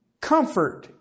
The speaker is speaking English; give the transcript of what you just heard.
comfort